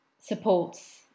supports